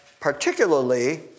particularly